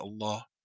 Allah